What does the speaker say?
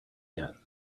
yet